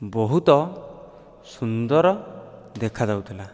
ବହୁତ ସୁନ୍ଦର ଦେଖା ଯାଉଥିଲା